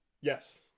Yes